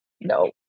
No